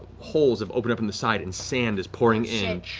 holes have opened up in the side and sand is pouring in.